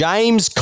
James